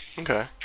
okay